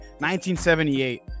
1978